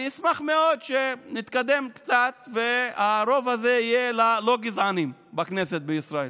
אני אשמח מאוד שנתקדם קצת והרוב הזה יהיה ללא גזענים בכנסת בישראל.